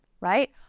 right